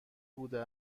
بوده